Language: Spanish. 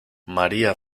maría